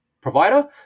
provider